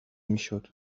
میشد